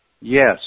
Yes